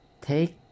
take